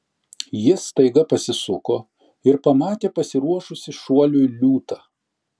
jis staiga pasisuko ir pamatė pasiruošusį šuoliui liūtą